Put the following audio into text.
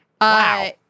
Wow